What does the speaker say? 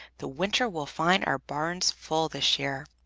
the winter will find our barns full this year.